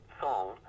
song